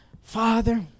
Father